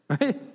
right